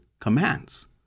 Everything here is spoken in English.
commands